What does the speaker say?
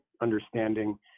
understanding